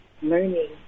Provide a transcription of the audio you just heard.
learning